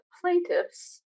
plaintiffs